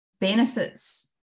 benefits